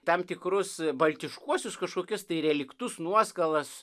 tam tikrus baltiškuosius kažkokius tai reliktus nuoskalas